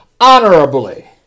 honorably